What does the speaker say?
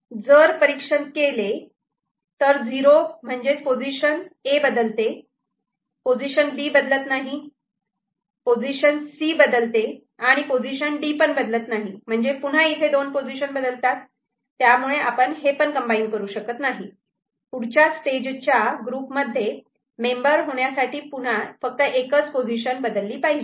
जर परीक्षण केले तर 0 म्हणजेच पोझिशन A बदलते पोझिशन B बदलत नाही पोझिशन्स C बदलते आणि पोझिशन D पण बदलत नाही म्हणजे पुन्हा इथे दोन पोझिशन बदलतात त्यामुळे आपण हे पण कंबाईन करू शकत नाही पुढच्या स्टेजच्या ग्रुपमध्ये मेंबर होण्यासाठी फक्त एकच पोझिशन बदलली पाहिजे